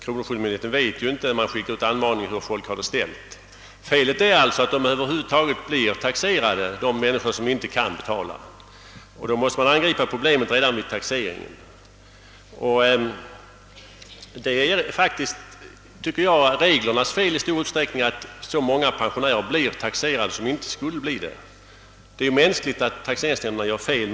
Kronofogdemyndigheten vet inte när den skickar ut anmaningen hur vederbörande har det ställt. Felet är alltså att de människor som inte kan betala skatt över huvud taget blir taxerade, och därför måste problemet angripas redan vid taxeringen. Jag tycker faktiskt att det till stor del är reglernas fel att så många pensionä rer blir taxerade, som inte skulle bli det. Man kan väl förstå att taxeringsmyndigheterna kan begå fel.